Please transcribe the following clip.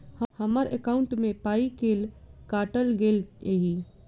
हम्मर एकॉउन्ट मे पाई केल काटल गेल एहि